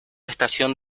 estación